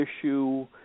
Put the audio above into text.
issue